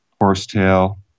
horsetail